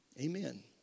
Amen